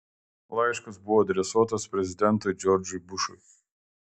laiškas buvo adresuotas prezidentui džordžui bušui